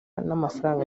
n’amafaranga